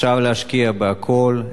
אפשר להשקיע בכול,